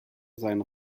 seinen